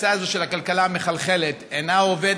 התפיסה הזאת של הכלכלה המחלחלת אינה עובדת,